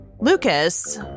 Lucas